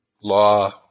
law